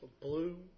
blue